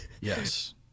Yes